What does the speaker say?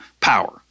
power